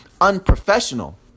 unprofessional